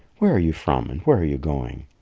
where are you from, and where are you going?